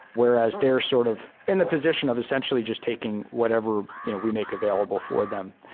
whereas they're sort of in the position of essentially just taking whatever you know we make available for them.